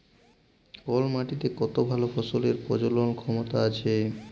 call মাটিতে কত ভাল ফসলের প্রজলল ক্ষমতা আছে